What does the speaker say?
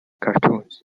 cartoons